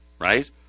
right